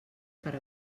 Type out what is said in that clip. per